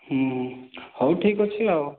ହୁଁ ହଉ ଠିକ୍ ଅଛି ଆଉ